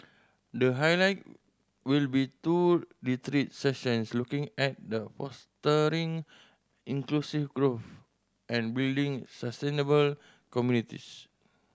the highlight will be two retreat sessions looking at the fostering inclusive growth and building sustainable communities